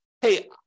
hey